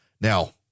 Now